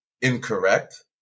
incorrect